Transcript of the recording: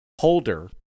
holder